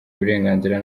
uburenganzira